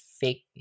fake